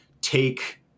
take